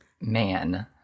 man